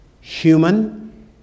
human